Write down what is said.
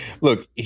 Look